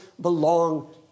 belong